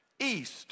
east